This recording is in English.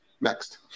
Next